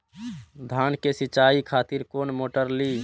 धान के सीचाई खातिर कोन मोटर ली?